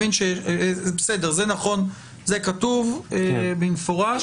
בסדר, זה נכון, זה כתוב במפורש.